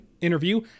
interview